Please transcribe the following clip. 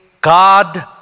God